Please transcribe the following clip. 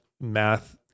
math